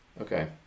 Okay